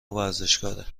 ورزشکاره